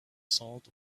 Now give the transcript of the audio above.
salt